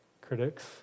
critics